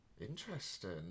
Interesting